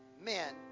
men